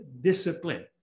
discipline